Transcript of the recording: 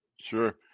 Sure